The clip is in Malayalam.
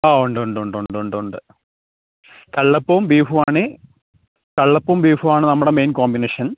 ഓ ഉണ്ടുണ്ടുണ്ടുണ്ടുണ്ട് കള്ളപ്പവും ബീഫുമാണ് കള്ളപ്പവും ബീഫുമാണ് നമ്മുടെ മെയിൻ കോമ്പിനേഷൻ